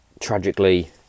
tragically